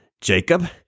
Jacob